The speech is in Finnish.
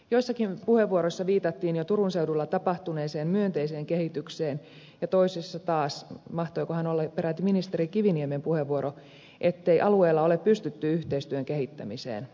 joissakin puheenvuoroissa viitattiin jo turun seudulla tapahtuneeseen myönteiseen kehitykseen ja toisissa taas mahtoikohan olla peräti ministeri kiviniemen puheenvuoro ettei alueella ole pystytty yhteistyön kehittämiseen